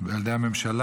על ידי הממשלה,